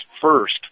first